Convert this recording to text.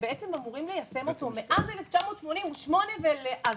שבעצם אמורים ליישם אותו מאז 1988 ולעזאזל